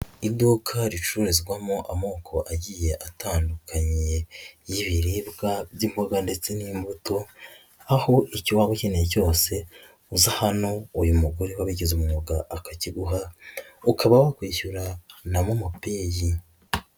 Iduka ricururizwamo amoko agiye atandukanye y'ibiribwa by'imboga ndetse n'imbuto aho icyo waba ukeneye cyose uza hano uyu mugore wabigize umwuga akakiguha, ukaba wakwishyura Momo pay.